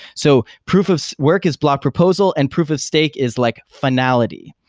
so proof of work is block proposal and proof of stake is like finality.